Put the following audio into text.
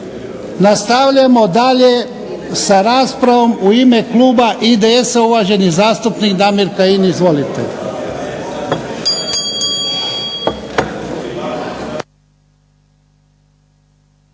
Nastavljamo dalje sa raspravom. U ime kluba IDS-a, uvaženi zastupnik Damir Kajin.